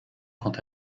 quant